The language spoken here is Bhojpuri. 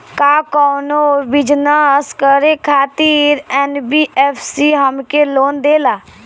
का कौनो बिजनस करे खातिर एन.बी.एफ.सी हमके लोन देला?